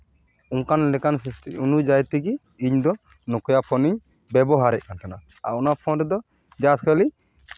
ᱚᱱᱠᱟᱱ ᱞᱮᱠᱟᱱ ᱚᱱᱩᱡᱟᱭᱤ ᱛᱮᱜᱮ ᱤᱧᱫᱚ ᱱᱳᱠᱮᱭᱟ ᱯᱷᱳᱱᱤᱧ ᱵᱵᱚᱦᱟᱨᱮᱫ ᱠᱟᱱ ᱛᱟᱦᱮᱱᱟ ᱟᱨ ᱚᱱᱟ ᱯᱷᱳᱱ ᱨᱮᱫᱚ ᱡᱟ ᱠᱷᱟᱹᱞᱤ